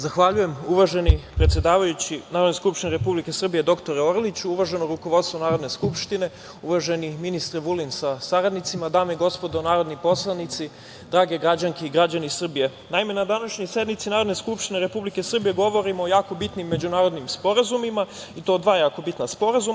Zahvaljujem, uvaženi predsedavajući Narodne skupštine Republike Srbije dr Orliću, uvaženo rukovodstvo Narodne skupštine, uvaženi ministre Vulin sa saradnicima, dame i gospodo narodni poslanici, drage građanke i građani Srbije, na današnjoj sednici Narodne skupštine Republike Srbije govorimo o jako bitnim međunarodnim sporazumima, i to o dva jako bitna sporazuma.